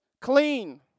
clean